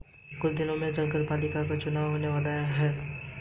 भूमि अभिलेख एक सरकारी दस्तावेज होता है जिसमें भूमि का मानचित्र बना होता है